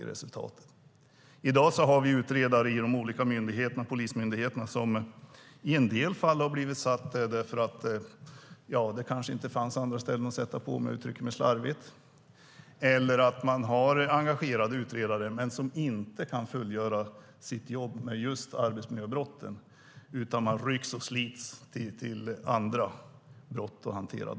I dag har utredare inom de olika polismyndigheterna i en del fall placerats där för att det kanske inte fanns andra platser att placera dem på, om jag uttrycker mig slarvigt. Eller så har man kanske engagerade utredare som inte kan fullgöra sitt jobb med just arbetsmiljöbrotten, utan de rycks och slits mellan andra brott som ska hanteras.